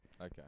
Okay